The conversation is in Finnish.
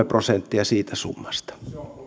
prosenttia siitä summasta